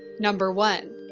number one,